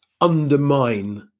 undermine